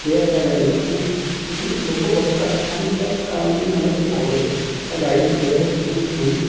हे आहे त्या गाडीला खूप म्हणजे लोक बघतात आणि त्याच कारणाने मला ती आवडते त्या गाडीची बैठक एकदम चांगली